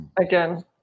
again